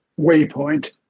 waypoint